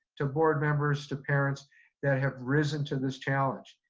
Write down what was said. to board members, to parents that have risen to this challenge.